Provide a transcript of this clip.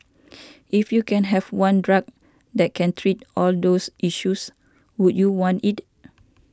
if you can have one drug that can treat all those issues would you want it